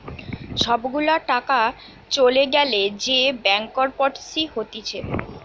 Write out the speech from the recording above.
সব গুলা টাকা চলে গ্যালে যে ব্যাংকরপটসি হতিছে